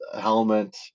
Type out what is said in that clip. helmet